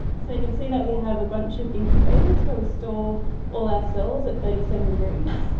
so you can see that we have a bunch of incubators where we store all our cells at thirty seven degrees,